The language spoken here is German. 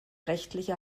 rechtliche